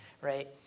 right